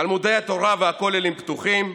תלמודי התורה והכוללים פתוחים,